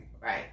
right